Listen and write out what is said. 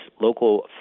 local